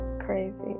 crazy